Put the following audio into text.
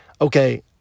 okay